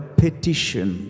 petition